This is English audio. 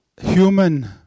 Human